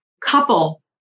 couple